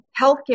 healthcare